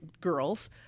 girls